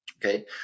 Okay